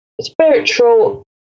spiritual